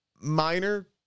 minor